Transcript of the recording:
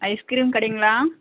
ice cream கடைங்களா